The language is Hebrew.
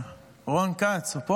רון כץ, הוא פה?